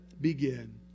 begin